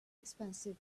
expensive